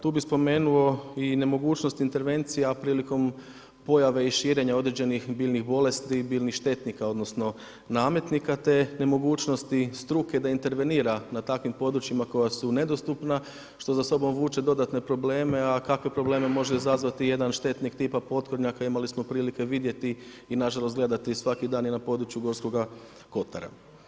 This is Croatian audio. Tu bi spomenuo i nemogućnost intervencija prilikom pojave i širenja određenih biljnih bolesti, biljnih štetnika odnosno nametnika te nemogućnosti struke da intervenira na takvim područjima koja su nedostupna, što za sobom vuče dodatne probleme, a kakve probleme može izazvati jedan štetnik tipa potkornjaka imali smo prilike vidjeti i nažalost gledati svaki dan i na području Gorskoga Kotara.